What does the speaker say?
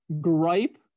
gripe